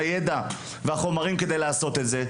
הידע והחומרים כדי לעשות את זה?